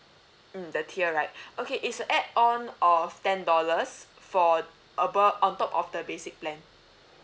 mm the tier right okay it's a add on of ten dollars for abov~ on top of the basic plan